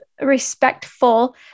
respectful